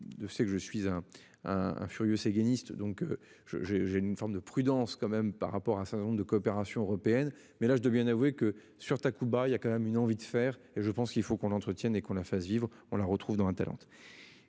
je suis un, un, un furieux séguiniste donc je j'ai j'ai une forme de prudence quand même par rapport à un certain nombre de coopération européenne mais là je dois bien avouer que sur Takuba. Il y a quand même une envie de faire et je pense qu'il faut qu'on l'entretienne et qu'on la fasse vivre, on la retrouve dans Atalante.